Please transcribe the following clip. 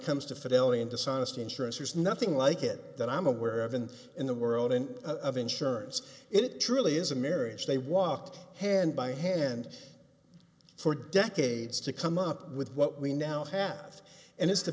comes to fidelity and dishonest insurance there's nothing like it that i'm aware of and in the world and of insurance it truly is a marriage they walked hand by hand for decades to come up with what we now have and it's the